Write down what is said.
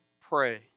pray